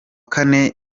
kane